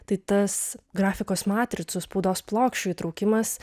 tai tas grafikos matricų spaudos plokščių įtraukimas